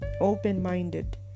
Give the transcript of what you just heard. open-minded